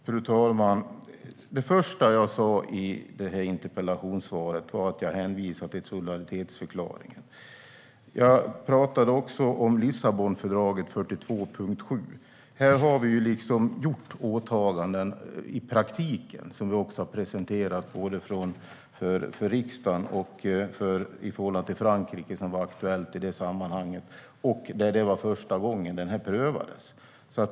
Fru talman! Det första jag gjorde i interpellationssvaret var att jag hänvisade till solidaritetsförklaringen. Jag pratade också om Lissabonfördragets 42.7. Här har vi gjort åtaganden i praktiken, som vi också har presenterat både för riksdagen och i förhållande till Frankrike, som var aktuellt i det sammanhanget. Och det var första gången som det prövades.